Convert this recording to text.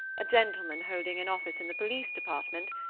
a gentleman holding an office in the police department,